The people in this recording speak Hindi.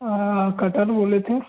कटहल बोले थे